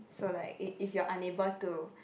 so like if you're unable to